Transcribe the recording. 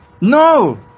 No